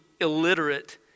illiterate